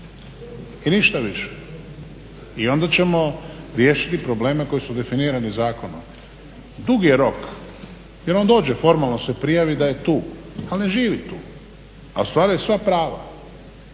i ništa više. I onda ćemo riješiti probleme koji su definirani zakonom. Dugi je rok, jer on dođe, formalno se prijavi da je tu ali ne živi tu. A ostvaruje sva prava.